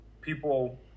people